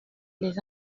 les